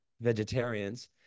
vegetarians